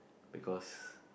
because